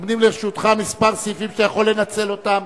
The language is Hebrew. עומדים לרשותך כמה סעיפים שאתה יכול לנצל אותם.